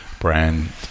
brand